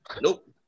nope